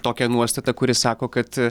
tokią nuostatą kuri sako kad